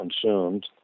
consumed